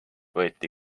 võeti